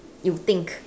you think